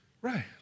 Right